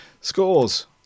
Scores